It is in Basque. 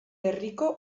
herriko